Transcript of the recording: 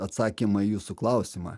atsakymą į jūsų klausimą